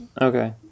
Okay